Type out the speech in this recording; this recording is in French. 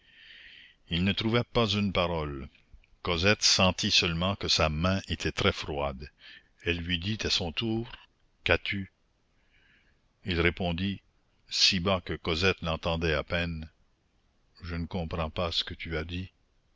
il ne trouva pas une parole cosette sentit seulement que sa main était très froide elle lui dit à son tour qu'as-tu il répondit si bas que cosette l'entendait à peine je ne comprends pas ce que tu as dit